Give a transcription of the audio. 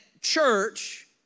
church